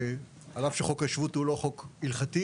על אף שחוק השבות הוא לא חוק הלכתי.